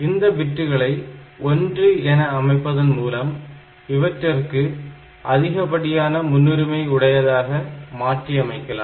இந்த பிட்டுகளை ஒன்று bit1 or set என அமைப்பதன் மூலம் இவற்றிற்கு அதிகப்படியான முன்னுரிமை உடையதாக மாற்றி அமைக்கலாம்